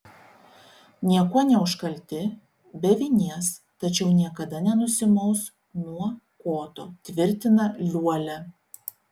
niekuo neužkalti be vinies tačiau niekada nenusimaus nuo koto tvirtina liuolia